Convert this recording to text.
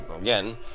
again